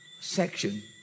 section